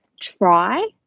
try